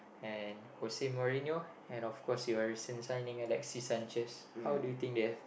and Jose-Mourinho had of course your recent signing Alexis-Sanchez how do you think they have